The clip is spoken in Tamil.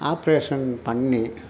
ஆப்ரேஷன் பண்ணி